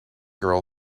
girl